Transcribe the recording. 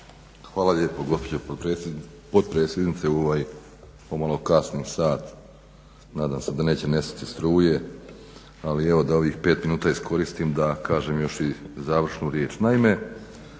Hvala lijepo gospođo potpredsjednice u ovaj pomalo kasni sat. Nadam se da neće nestati struje, ali evo da ovih pet minuta iskoristim da kažem još i završnu riječ.